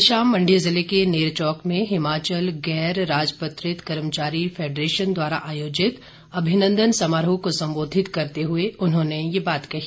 कल शाम मंडी जिले के नेरचौक में हिमाचल गैर राजपत्रित कर्मचारी फैडरेशन द्वारा आयोजित अभिनंदन समारोह को संबोधित करते हुए उन्होंने ये बात कही